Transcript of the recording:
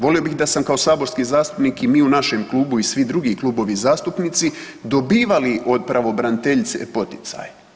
Volio bih da sam kao saborski zastupnik i mi u našem klubu i svi drugi klubovi zastupnici dobivali od pravobraniteljice poticaj.